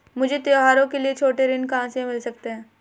मुझे त्योहारों के लिए छोटे ऋृण कहां से मिल सकते हैं?